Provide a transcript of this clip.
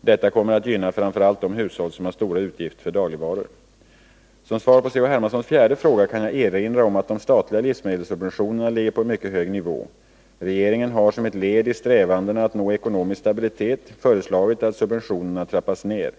Detta kommer att gynna framför allt de hushåll som har stora utgifter för dagligvaror. Som svar på C.-H. Hermanssons fjärde fråga kan jag erinra om att de statliga livsmedelssubventionerna ligger på en mycket hög nivå. Regeringen har som ett led i strävandena att nå ekonomisk stabilitet föreslagit att subventionerna trappas ner.